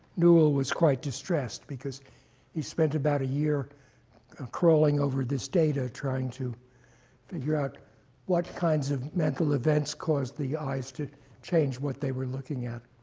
newell was quite distressed, because he spent about a year crawling over this data trying to figure out what kinds of mental events caused the eyes to change what they were looking at.